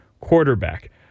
quarterback